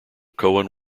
cohen